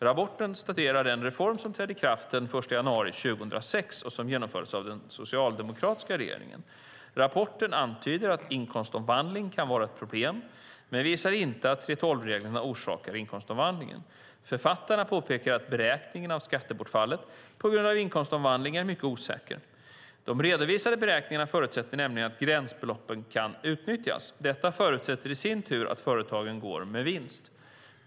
Rapporten studerar den reform som trädde i kraft den 1 januari 2006 och som genomfördes av den socialdemokratiska regeringen. Rapporten antyder att inkomstomvandling kan vara ett problem men visar inte att 3:12-reglerna orsakar en inkomstomvandling. Författarna påpekar att beräkningen av skattebortfallet på grund av inkomstomvandling är mycket osäker. De redovisade beräkningarna förutsätter nämligen att gränsbeloppen kan utnyttjas. Detta förutsätter i sin tur att företaget går med vinst.